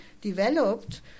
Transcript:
developed